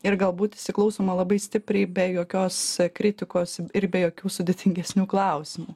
ir galbūt įsiklausoma labai stipriai be jokios kritikos ir be jokių sudėtingesnių klausimų